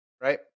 right